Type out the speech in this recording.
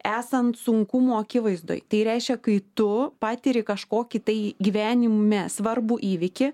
esant sunkumų akivaizdoj tai reiškia kai tu patiri kažkokį tai gyvenime svarbų įvykį